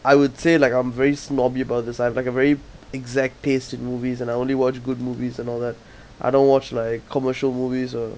I would say like I'm very snobby about this I have like a very exact taste in movies and I only watch good movies and all that I don't watch like commercial movies or